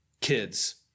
kids